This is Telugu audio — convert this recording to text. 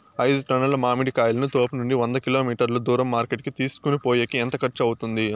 ఐదు టన్నుల మామిడి కాయలను తోపునుండి వంద కిలోమీటర్లు దూరం మార్కెట్ కి తీసుకొనిపోయేకి ఎంత ఖర్చు అవుతుంది?